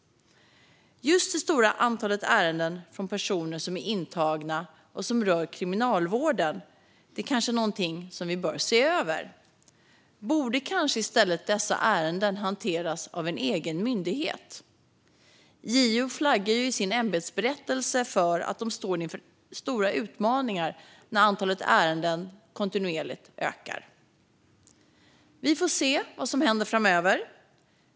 Just det stora antalet ärenden från personer som är intagna och som rör Kriminalvården kanske är någonting som vi bör se över. Borde kanske i stället dessa ärenden hanteras av en egen myndighet? JO flaggar i sin ämbetsberättelse för att de står inför stora utmaningar när antalet ärenden kontinuerligt ökar. Vi får se vad som händer framöver.